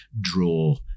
draw